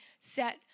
set